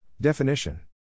Definition